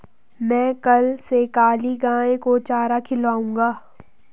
मैं कल से काली गाय को चारा खिलाऊंगा